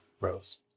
Rose